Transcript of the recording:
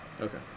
Okay